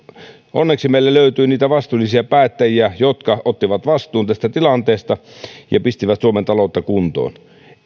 onneksi meillä löytyy niitä vastuullisia päättäjiä jotka ottivat vastuun tästä tilanteesta ja pistivät suomen taloutta kuntoon